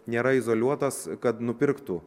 nėra izoliuotas kad nupirktų